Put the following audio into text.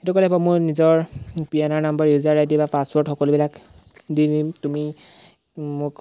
সেইটো কাৰণে বা মোৰ নিজৰ P N R number user I D বা পাছৱৰ্ড সকলোবিলাক দি দিম তুমি মোক